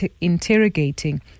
interrogating